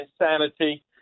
insanity